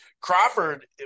Crawford